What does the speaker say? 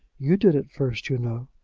you did at first, you know.